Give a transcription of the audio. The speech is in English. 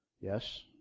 Yes